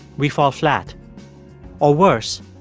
we fall flat or, worse,